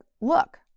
look